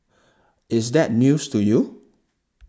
is that news to you